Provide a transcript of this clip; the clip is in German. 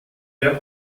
der